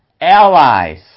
allies